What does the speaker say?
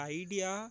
idea